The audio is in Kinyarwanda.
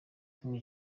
king